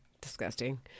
disgusting